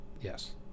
Yes